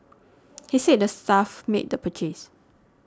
he said the staff made the purchase